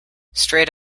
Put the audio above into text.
straight